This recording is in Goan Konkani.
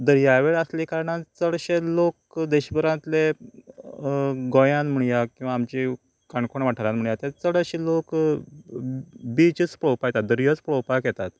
दर्यावेळ आसले कारणान चडशे लोक देश भरातले गोंयांत म्हणया किंवा आमचे काणकोण वाठारांत म्हणया चड अशे लोक बीचीस पळोवपा येतात दर्याच पळोवपाक येतात